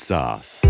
Sauce